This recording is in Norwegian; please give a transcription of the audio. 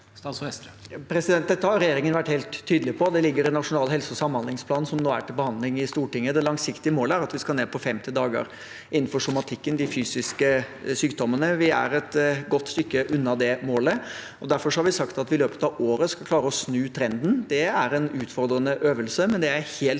Dette har regjeringen vært helt tydelig på. Det ligger en Nasjonal helse- og samhandlingsplan som nå er til behandling i Stortinget. Det langsiktige målet er at vi skal ned på 50 dager innenfor somatikken, de fysiske sykdommene. Vi er et godt stykke unna det målet, og derfor har vi sagt at vi i løpet av året skal klare å snu trenden. Det er en utfordrende øvelse, men jeg er helt sikker